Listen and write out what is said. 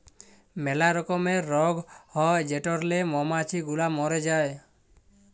ম্যালা রকমের রগ হ্যয় যেটরলে মমাছি গুলা ম্যরে যায়